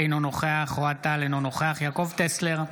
אינו נוכח אוהד טל, אינו נוכח יעקב טסלר,